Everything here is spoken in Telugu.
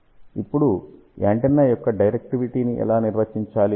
ఇప్పుడు యాంటెన్నా యొక్క డైరెక్టివిటీని ఎలా నిర్వచించాలి